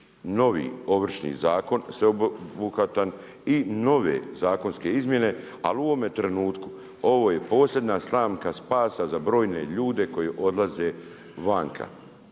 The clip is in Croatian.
novi Ovršni zakon, sveobuhvatan i nove zakonske izmjene. Ali u ovome trenutku ovo je posljednja slamka spasa za brojne ljude koji odlaze vani.